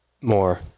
more